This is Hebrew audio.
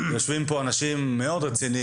כדי לראות שהוא עונה לדרישות,